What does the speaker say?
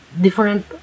different